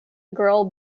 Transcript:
grill